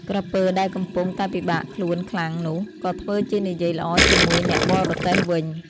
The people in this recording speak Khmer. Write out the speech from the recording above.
ក្រពើដែលកំពុងតែពិបាកខ្លួនខ្លាំងនោះ ក៏ធ្វើជានិយាយល្អជាមួយអ្នកបរទេះវិញ។